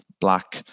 black